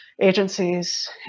agencies